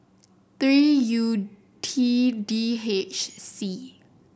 three U T D H C